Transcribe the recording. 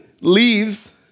leaves